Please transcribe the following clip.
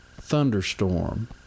thunderstorm